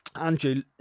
Andrew